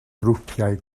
grwpiau